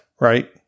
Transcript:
Right